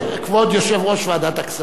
כבוד יושב-ראש ועדת הכספים,